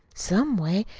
some way,